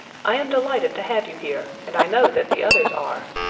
i am delighted to have you here and i know that the others are.